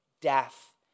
death